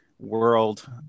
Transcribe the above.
world